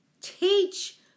teach